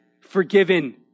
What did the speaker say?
forgiven